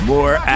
More